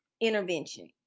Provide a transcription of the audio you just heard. intervention